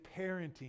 parenting